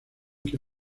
que